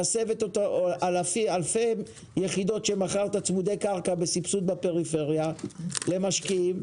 תסב אלפי יחידות שמכרת צמודי קרקע בסבסוד בפריפריה למשקיעים.